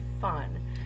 fun